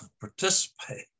participate